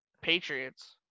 Patriots